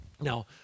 Now